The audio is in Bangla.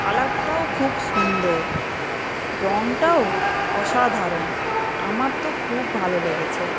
কালারটাও খুব সুন্দর রঙটাও অসাধারণ আমার তো খুব ভালো লেগেছে